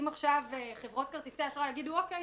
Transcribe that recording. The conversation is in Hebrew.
אם חברות כרטיסי אשראי יגידו: "אוקיי,